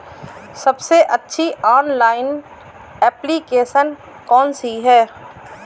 सबसे अच्छी online application कौन सी है?